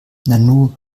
nanu